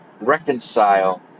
reconcile